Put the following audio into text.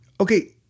okay